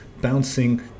bouncing